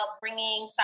bringing